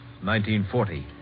1940